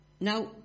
Now